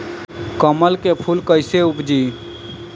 कमल के फूल कईसे उपजी?